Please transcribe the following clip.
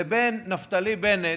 לבין נפתלי בנט,